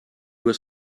was